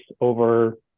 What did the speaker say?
over